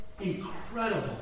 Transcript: incredible